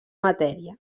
matèria